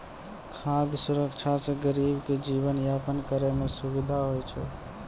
खाद सुरक्षा से गरीब के जीवन यापन करै मे सुविधा होय छै